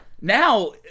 now